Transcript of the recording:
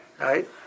right